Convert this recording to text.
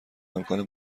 امکان